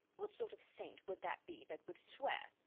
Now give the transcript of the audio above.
what sort of saint would that be that would swear?